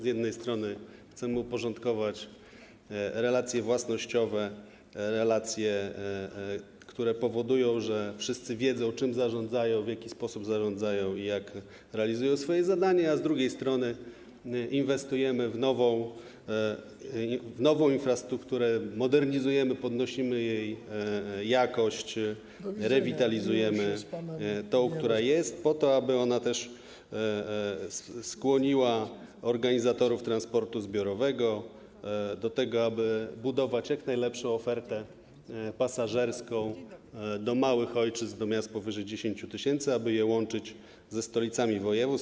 Z jednej strony chcemy uporządkować relacje własnościowe, relacje, które powodują, że wszyscy wiedzą, czym zarządzają, w jaki sposób zarządzają i jak realizują swoje zadania, a z drugiej strony inwestujemy w nową infrastrukturę, modernizujemy, podnosimy jej jakość, rewitalizujemy tę, która jest, po to, aby ona też skłoniła organizatorów transportu zbiorowego do tego, aby budować jak najlepszą ofertę pasażerską dla małych ojczyzn, dla miast z ludnością powyżej 10 tys., aby je łączyć ze stolicami województw.